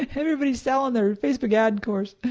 everybody's selling their facebook ad course.